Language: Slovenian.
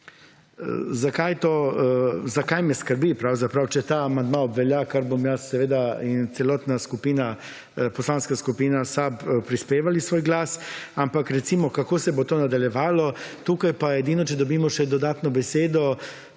Zakaj me skrbi pravzaprav, če ta amandma obvelja, kar bom jaz seveda in celotna skupina, Poslanska skupina SAB prispevali svoj glas. Ampak recimo kako se bo to nadaljevalo, tukaj pa edino če dobimo še dodatno besedo